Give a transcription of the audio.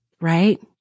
right